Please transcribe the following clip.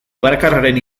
bakarraren